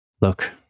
Look